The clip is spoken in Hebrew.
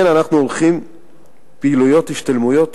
כן אנחנו עורכים פעילויות השתלמויות